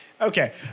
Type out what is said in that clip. Okay